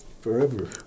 forever